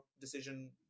decision